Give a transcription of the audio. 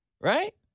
right